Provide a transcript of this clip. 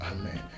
Amen